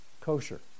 kosher